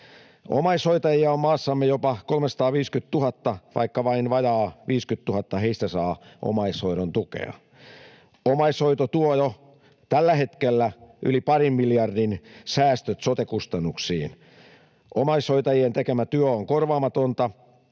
Omaishoitajia on maassamme jopa 350 000, vaikka vain vajaa 50 000 heistä saa omaishoidon tukea. Omaishoito tuo jo tällä hetkellä yli parin miljardin säästöt sote-kustannuksiin. Omaishoitajien tekemä työ on korvaamatonta,